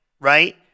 right